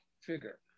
figure